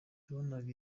yabonaga